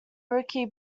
rookie